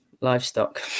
livestock